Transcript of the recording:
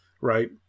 right